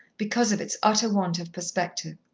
because of its utter want of perspective.